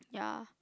ya